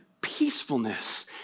peacefulness